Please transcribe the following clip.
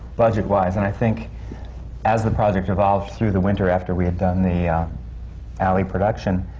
budget-wise. and i think as the project evolved through the winter, after we had done the ah alley production,